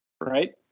Right